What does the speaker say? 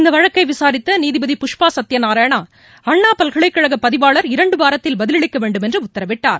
இந்த வழக்கை விசாரித்த நீதிபதி புஷ்பா சத்யநாராயணா அண்ணாபல்கலைக்கழக பதிவாளர் இரண்டு வாரத்தில் பதிலளிக்கவேண்டும் என்று உத்தரவிட்டார்